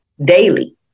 daily